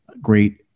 Great